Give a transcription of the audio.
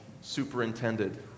superintended